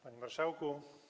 Panie Marszałku!